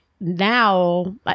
now